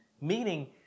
Meaning